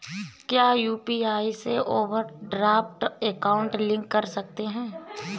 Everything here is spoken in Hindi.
क्या यू.पी.आई से ओवरड्राफ्ट अकाउंट लिंक कर सकते हैं?